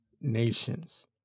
nations